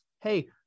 Hey